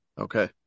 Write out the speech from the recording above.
Okay